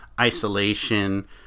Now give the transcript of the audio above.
isolation